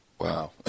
Wow